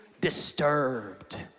Disturbed